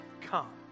come